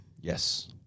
Yes